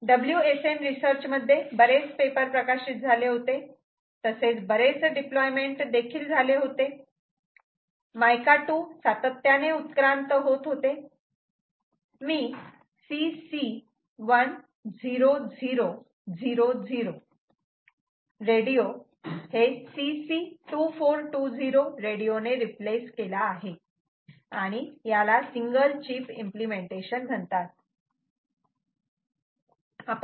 WSN research मध्ये बरेच paper प्रकाशित झाले होते तसेच बरेच डिप्लॉयमेंट देखील झाले होते मायका 2 सातत्याने उत्क्रांत होत होते मी CC10000 रेडिओ हे CC2420 रेडिओने रिप्लेस केला आहे आणि याला सिंगल चीप इम्पलेमेंटेशन म्हणतात